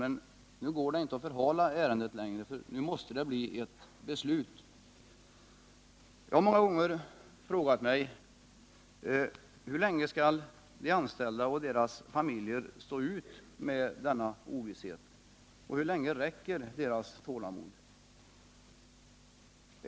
Men nu går det inte att förhala ärendet längre, nu måste ett beslut fattas. Jag har många gånger frågat mig hur länge de anställda och deras familjer skall stå ut med denna ovisshet och hur länge deras tålamod skall räcka.